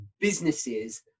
businesses